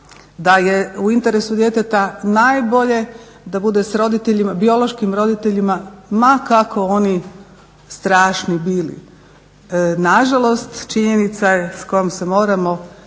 da je u interesu djeteta najbolje da bude sa biološkim roditeljima ma kako oni strašni bili. Nažalost, činjenica s kojom se moramo